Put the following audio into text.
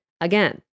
Again